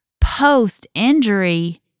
post-injury